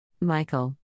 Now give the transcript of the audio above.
Michael